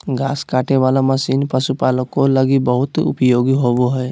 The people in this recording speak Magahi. घास काटे वाला मशीन पशुपालको लगी बहुत उपयोगी होबो हइ